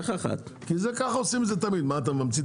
כמה זמן אתה רוצה?